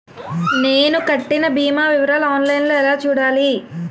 నేను కట్టిన భీమా వివరాలు ఆన్ లైన్ లో ఎలా చూడాలి?